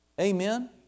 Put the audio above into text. Amen